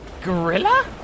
gorilla